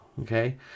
Okay